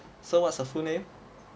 so what's her full name